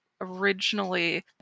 originally